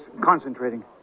concentrating